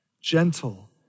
gentle